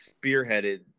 spearheaded